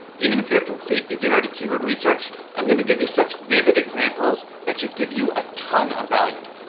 even if you're a complete beginner to keyword research, i'm going to give you such vivid examples that should give you a ton of value.